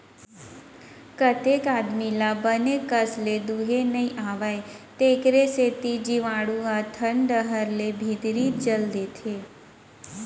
कतेक आदमी ल बने कस ले दुहे नइ आवय तेकरे सेती जीवाणु ह थन डहर ले भीतरी चल देथे